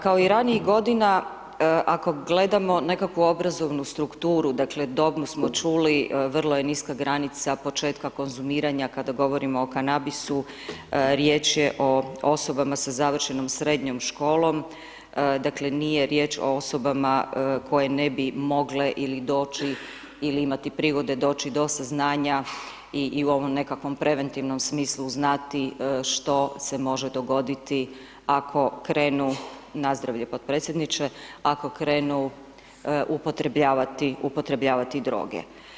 Kao i ranijih godina, ako gledamo nekakvu obrazovnu strukturu, dakle, dobnu smo čuli, vrlo je niska granica početka konzumiranja kada govorimo o kanabisu, riječ je o osobama sa završenom srednjom školom, dakle nije riječ o osobama koje ne bi mogle ili doći ili imati prigode doći do saznanja i u ovom nekakvom preventivnom smislu znati što se može dogoditi ako krenu, nazdravlje potpredsjedniče, ako krenu upotrebljavati droge.